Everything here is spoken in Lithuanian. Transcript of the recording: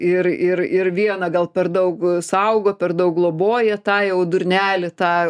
ir ir ir vieną gal per daug saugo per daug globoja tą jau durnelį tą